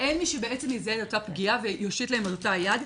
אין מי שבעצם יזהה את אותה פגיעה ויושיט להם את אותה היד.